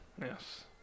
Yes